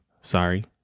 sorry